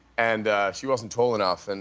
and she wasn't tall enough. and